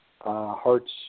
hearts